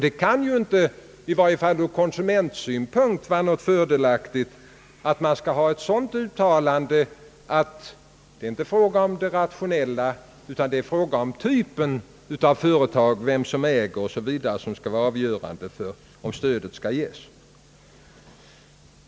Det kan inte heller, i varje fall inte ur konsumentsynpunkt, vara fördelaktigt att man gjorde ett uttalande om att det inte är hänsynen till det rationella, utan i stället företagstyp, ägandeförhållanden o.s.v. som skall vara avgörande för om stödet skall utgå.